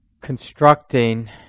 constructing